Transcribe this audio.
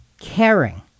caring